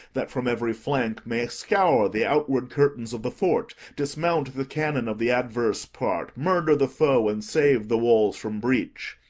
that from every flank may scour the outward curtains of the fort, dismount the cannon of the adverse part, murder the foe, and save the walls from breach.